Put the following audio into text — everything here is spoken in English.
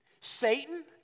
Satan